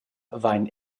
vaiva